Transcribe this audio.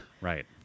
Right